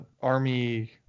army